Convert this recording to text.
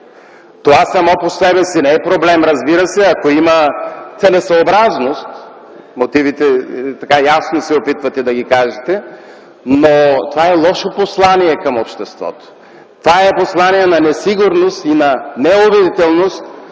Това само по себе си не е проблем, ако има целесъобразност – мотивите ясно се опитвате да ги кажете, но това е лошо послание към обществото. Това е послание на несигурност и на неубедителност